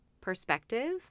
perspective